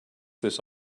this